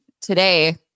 today